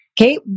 Okay